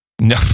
No